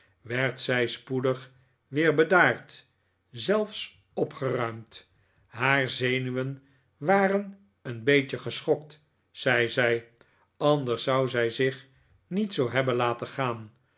werd zij spoedig weer bedaard zelfs opgeruimd haar zenuwen waren een beetje geschokt zei zij anders zou zij zich niet zoo hebben laten gaan